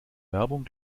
werbung